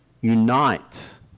unite